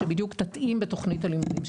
שבדיוק תתאים בתוכנית הלימודים,